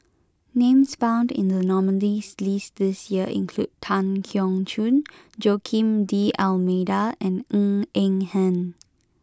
names found in the nominees' list this year include Tan Keong Choon Joaquim D'almeida and Ng Eng Hen